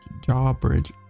Jawbridge